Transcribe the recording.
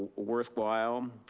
worthwhile.